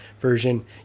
version